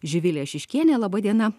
živilė šiškienė laba diena